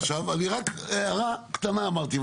עכשיו אני רק הערה קטנה אמרתי.